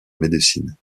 médecine